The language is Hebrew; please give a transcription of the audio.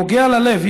נוגע ללב.